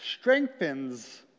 strengthens